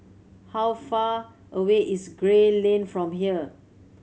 how far away is Gray Lane from here